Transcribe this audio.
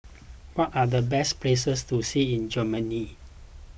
what are the best places to see in Germany